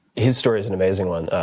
his story is an amazing one.